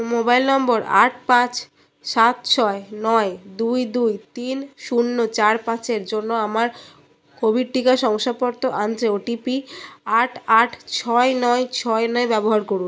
mobile নম্বর আট পাঁচ সাত ছয় নয় দুই দুই তিন শূন্য চার পাঁচের জন্য আমার কোভিড টিকা শংসাপত্র আনতে ওটিপি আট আট ছয় নয় ছয় নয় ব্যবহার করুন